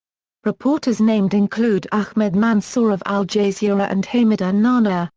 reporters named include ahmed mansour of al jazeera and hamida and naanaa,